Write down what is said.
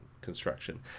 construction